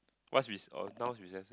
what's re~ oh now is recess